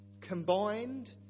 Combined